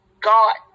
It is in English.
God